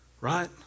right